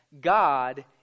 God